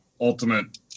Ultimate